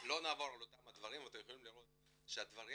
לא נעבור על אותם הדברים אבל אתם יכולים לראות שהדברים